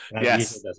yes